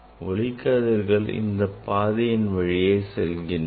ஒளிக்கதிர்கள் இந்தப் பாதையின் வழியே செல்கின்றன